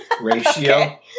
ratio